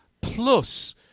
plus